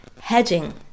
Hedging